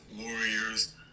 Warriors